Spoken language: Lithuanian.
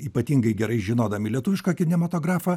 ypatingai gerai žinodami lietuvišką kinematografą